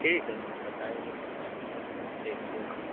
ठीक है बताएंगे ठीक है ओके